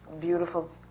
beautiful